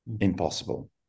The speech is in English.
impossible